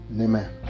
Amen